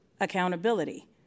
Accountability